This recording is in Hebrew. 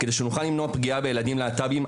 כדי שנוכל למנוע פגיעה בילדים להט"בים,